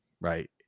right